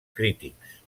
crítics